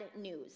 news